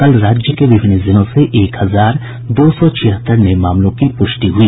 कल राज्य के विभिन्न जिलों से एक हजार दो सौ छिहत्तर नये मामलों की पुष्टि हुई